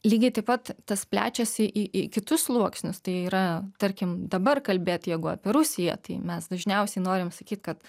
lygiai taip pat tas plečiasi į į į kitus sluoksnius tai yra tarkim dabar kalbėt jeigu apie rusiją tai mes dažniausiai norim pasakyti kad